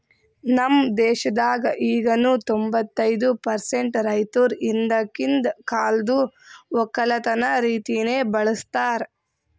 ನಮ್ ದೇಶದಾಗ್ ಈಗನು ತೊಂಬತ್ತೈದು ಪರ್ಸೆಂಟ್ ರೈತುರ್ ಹಿಂದಕಿಂದ್ ಕಾಲ್ದು ಒಕ್ಕಲತನ ರೀತಿನೆ ಬಳ್ಸತಾರ್